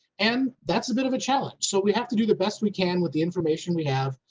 and that's a bit of a challenge. so we have to do the best we can with the information we have,